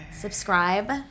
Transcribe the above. Subscribe